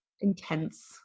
intense